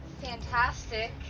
Fantastic